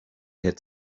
had